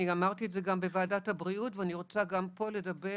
אני אמרתי את זה בוועדת הבריאות ואני רוצה גם פה לדבר